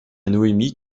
noémie